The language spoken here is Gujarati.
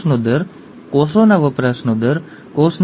લોકો સમજ્યા જ નહીં